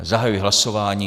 Zahajuji hlasování.